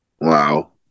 Wow